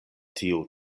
tiu